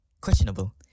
questionable